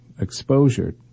exposure